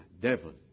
devil